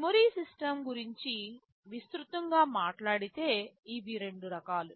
memory system గురించి విస్తృతంగా మాట్లాడితే ఇవి రెండు రకాలు